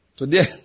Today